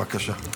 בבקשה.